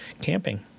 camping